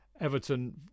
Everton